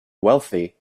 wealthy